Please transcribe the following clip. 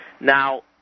Now